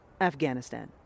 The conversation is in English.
Afghanistan